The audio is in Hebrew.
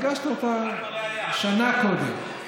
הגשת אותה שנה קודם.